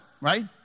right